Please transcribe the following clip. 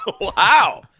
Wow